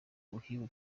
umukinnyi